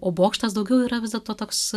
o bokštas daugiau yra vis dėlto toks